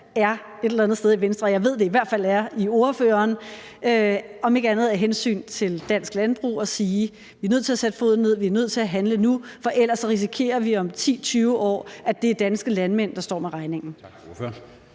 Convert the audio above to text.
er et eller andet sted i Venstre – jeg ved, at det i hvert fald er i ordføreren – til om ikke andet af hensyn til dansk landbrug at sige: Vi er nødt til at sætte foden ned; vi er nødt til at handle nu, for ellers risikerer vi om 10-20 år, at det er danske landmænd, der står med regningen? Kl.